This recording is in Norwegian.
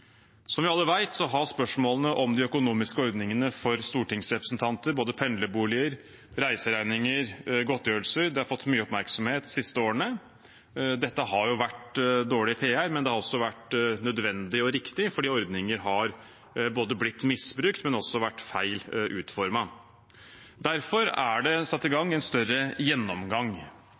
Som vi alle vet, har spørsmålene om de økonomiske ordningene for stortingsrepresentanter – både pendlerboliger, reiseregninger og godtgjørelser – fått mye oppmerksomhet de siste årene. Dette har vært dårlig PR, men det har også vært nødvendig og riktig fordi ordninger både har blitt misbruk og vært feil utformet. Derfor er det satt i gang en større gjennomgang,